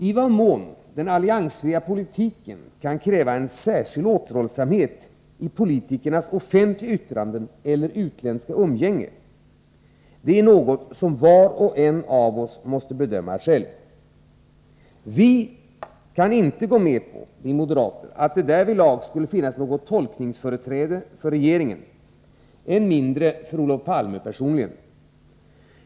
I vad mån den alliansfria politiken kan kräva särskild återhållsamhet i politikernas offentliga yttranden eller utländska umgänge är något som var och en av oss måste bedöma själv. Vi moderater kan inte gå med på att det därvidlag skulle finnas något tolkningsföreträde för regeringen, än mindre för Olof Palme personligen.